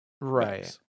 Right